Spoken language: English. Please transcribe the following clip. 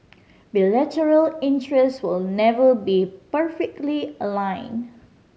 bilateral interest will never be perfectly aligned